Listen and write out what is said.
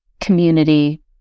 community